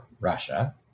Russia